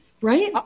Right